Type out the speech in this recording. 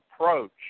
approach